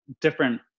different